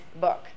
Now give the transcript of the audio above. book